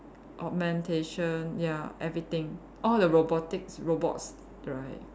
augmentation ya everything all the robotics robots right